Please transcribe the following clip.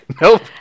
nope